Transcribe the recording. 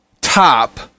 top